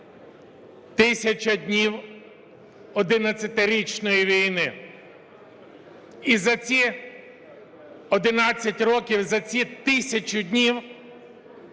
Тисяча днів одинадцятирічної війни і за ці 11 років, за ці тисячу днів